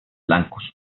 blancos